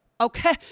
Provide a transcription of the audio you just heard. okay